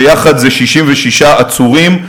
ויחד זה 66 עצורים.